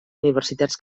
universitats